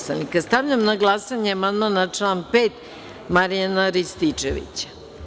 Stavljam na glasanje amandman na član 5. Marijana Rističevića.